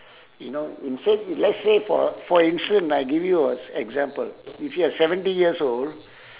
you know in say let's say for for instance ah I give you a s~ example if you are seventy years old